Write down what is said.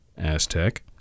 Aztec